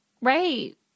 Right